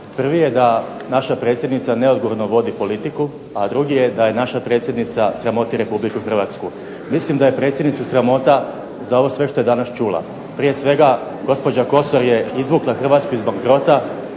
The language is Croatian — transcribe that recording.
Prvi je da naša predsjednica neodgovorno vodi politiku, a drugi je da naša predsjednica sramoti Republiku Hrvatsku. Mislim da je predsjednicu sramota za ovo sve što je danas čula. Prije svega gospođa Kosor je izvukla Hrvatsku iz bankrota,